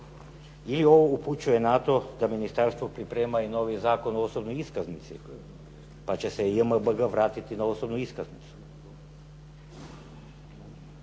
Ili ovo upućuje na to da ministarstvo priprema i novi zakon o osobnoj iskaznici, pa će se JMBG vratiti na osobnu iskaznicu.